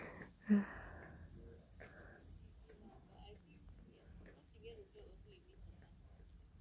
ya